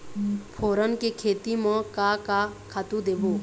फोरन के खेती म का का खातू देबो?